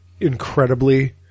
incredibly